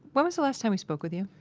when was the last time we spoke with you?